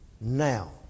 now